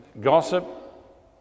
gossip